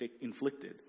inflicted